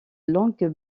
longues